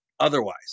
otherwise